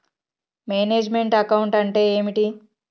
Manage meant account అంటే ఏమిటి?